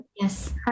yes